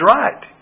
right